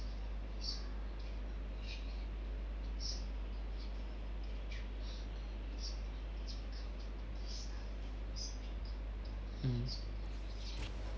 mm